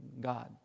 God